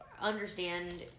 understand